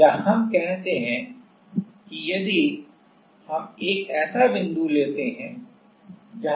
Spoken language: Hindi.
तो अब हम इस संबंध का उपयोग अपने वर्तमान समाधान के लिए करते हैं और हमें क्या मिला